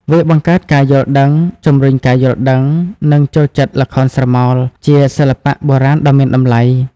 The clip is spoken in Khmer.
វាបង្កើតការយល់ដឹង ជំរុញការយល់ដឹង និងចូលចិត្តល្ខោនស្រមោល ជាសិល្បៈបុរាណដ៏មានតម្លៃ។